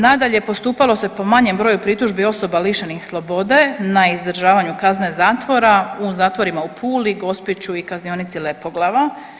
Nadalje, postupalo se po manjem broju pritužbi osoba lišenih slobode na izdržavanju kazne zatvorima u zatvorima u Puli, Gospiću i Kaznionici Lepoglava.